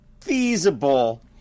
feasible